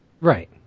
Right